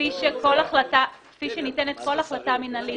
כפי שניתנת כל החלטה מינהלית,